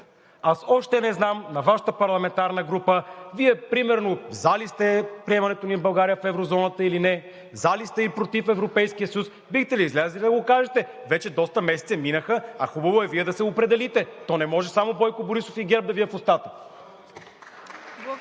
аз още не знам на Вашата парламентарна група – Вие, примерно „за“ ли сте за приемането на България в еврозоната или не? „За“ ли сте или „против“ Европейския съюз? Бихте ли излезли и да го кажете. Вече доста месеци минаха, а хубаво е и Вие да се определите. То не може само Бойко Борисов и ГЕРБ да са Ви в устата!